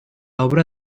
obra